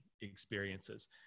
experiences